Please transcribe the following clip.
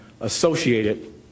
associated